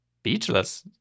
speechless